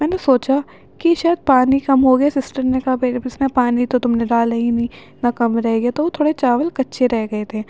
میں نے سوچا کہ شاید پانی کم ہو گیا سسٹر نے کہا بھائی اب اس میں پانی تو تم نے ڈالا ہی نہیں اتنا کم رہ گیا تو وہ تھوڑے چاول کچّے رہ گئے تھے